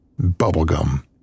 Bubblegum